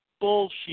bullshit